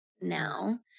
now